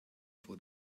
for